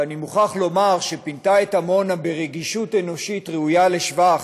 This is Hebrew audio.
ואני מוכרח לומר שפינתה את עמונה ברגישות אנושית ראויה לשבח,